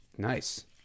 nice